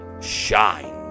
Shine